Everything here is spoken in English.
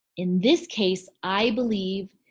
in this case i believe,